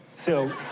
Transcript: so,